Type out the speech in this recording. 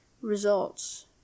results